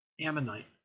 Ammonite